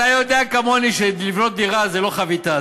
אתה יודע כמוני שלבנות דירה זה לא חביתה,